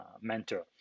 mentor